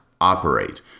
operate